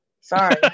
Sorry